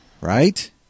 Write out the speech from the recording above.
right